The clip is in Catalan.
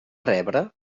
rebre